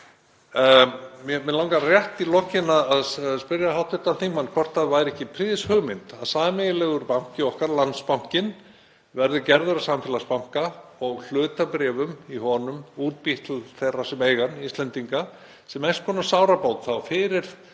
Mig langar rétt í lokin að spyrja hv. þingmann hvort það væri ekki prýðishugmynd að sameiginlegur banki okkar, Landsbankinn, verði gerður að samfélagsbanka og hlutabréfum í honum útbýtt til þeirra sem eiga hann, Íslendinga, sem eins konar sárabót fyrir